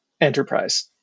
enterprise